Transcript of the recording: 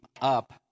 up